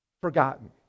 forgotten